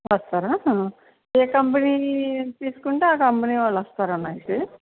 వస్తారా ఏ కంపెనీ తీసుకుంటే ఆ కంపెనీ వాళ్లు వస్తారా అయితే